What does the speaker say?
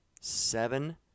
seven